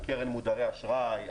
על קרן מודרי אשראי,